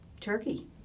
Turkey